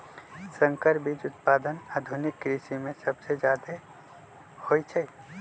संकर बीज उत्पादन आधुनिक कृषि में सबसे जादे होई छई